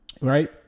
Right